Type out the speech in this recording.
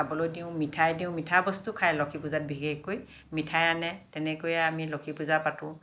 খাবলৈ দিওঁ মিঠাই দিওঁ মিঠা বস্তু খাই লক্ষ্মী পূজাত বিশেষকৈ মিঠাই আনে তেনেকৈ আমি লক্ষ্মী পূজা পাতোঁ